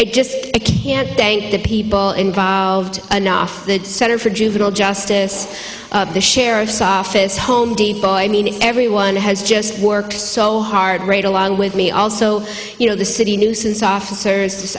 i just can't thank the people involved enough the center for juvenile justice the sheriff's office home depot i mean everyone has just worked so hard right along with me also you know the city nuisance officers